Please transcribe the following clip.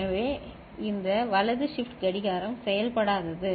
எனவே இந்த வலது ஷிப்ட் கடிகாரம் செயல்படாதது